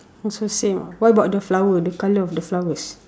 also same ah what about the flower the colour of the flowers